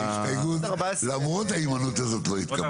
ההסתייגות, למרות ההימנעות הזאת, לא התקבלה.